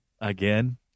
Again